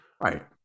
Right